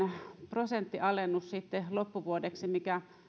prosenttialennus sitten loppuvuodeksi mikä